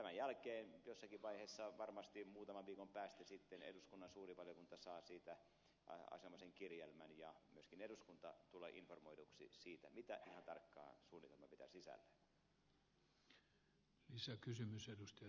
tämän jälkeen jossakin vaiheessa varmasti muutaman viikon päästä sitten eduskunnan suuri valiokunta saa siitä asianomaisen kirjelmän ja myöskin eduskunta tulee informoiduksi mitä ihan tarkkaan suunnitelma pitää sisällään